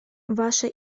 ваша